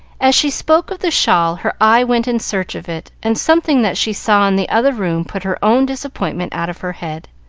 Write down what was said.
as she spoke of the shawl her eye went in search of it, and something that she saw in the other room put her own disappointment out of her head.